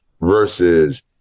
versus